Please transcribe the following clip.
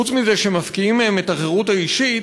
חוץ מזה שמפקיעים מהם את החירות האישית,